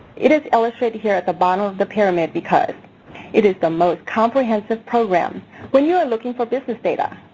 it is illustrated here at the bottom of the pyramid because it is the most comprehensive program when you are looking for business data.